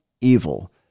evil